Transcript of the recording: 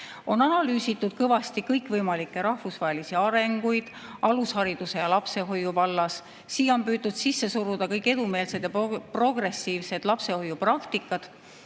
On analüüsitud kõvasti kõikvõimalikke rahvusvahelisi arenguid alushariduse ja lapsehoiu vallas. Siia on püütud sisse suruda kõige edumeelsemad progressiivsed lapsehoiupraktikad.